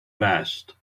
best